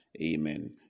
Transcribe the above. Amen